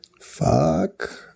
Fuck